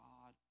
God